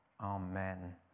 Amen